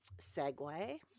segue